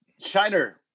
Shiner